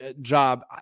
job